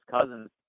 Cousins